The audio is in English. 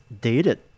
Dated